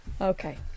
Okay